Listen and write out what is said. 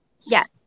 Yes